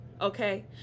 Okay